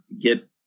get